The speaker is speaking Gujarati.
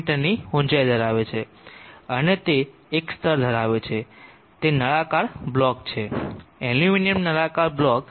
ની ઊંચાઈ ધરાવે છે અને તે એક સ્તર ધરાવે છે તે નળાકાર બ્લોક છે એલ્યુમિનિયમ નળાકાર બ્લોક તે 22 સે